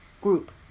group